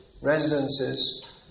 residences